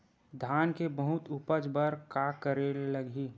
धान के बहुत उपज बर का करेला लगही?